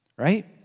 Right